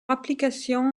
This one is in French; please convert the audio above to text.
applications